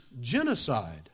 genocide